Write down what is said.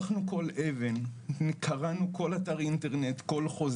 היום אני יו"ר המועצה הארצית לשיקום פסיכיאטרי בקהילה במשרד